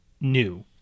new